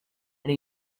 and